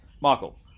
Michael